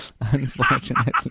unfortunately